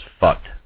fucked